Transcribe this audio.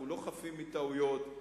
אנחנו לא חפים מטעויות,